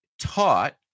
taught